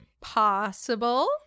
Possible